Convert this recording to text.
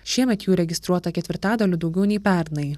šiemet jų įregistruota ketvirtadaliu daugiau nei pernai